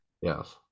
Yes